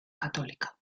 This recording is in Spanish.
católica